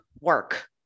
work